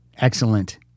Excellent